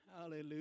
Hallelujah